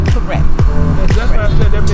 correct